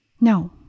No